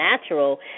natural